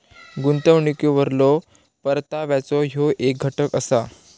गुंतवणुकीवरलो परताव्याचो ह्यो येक घटक असा